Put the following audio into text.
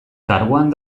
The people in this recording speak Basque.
karguan